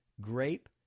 grape